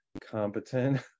competent